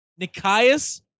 Nikias